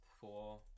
four